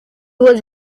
was